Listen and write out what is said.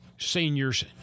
Seniors